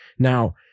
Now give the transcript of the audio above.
Now